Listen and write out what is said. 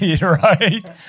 Right